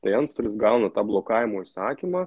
tai antstolis gauna tą blokavimo įsakymą